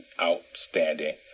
outstanding